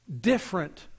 Different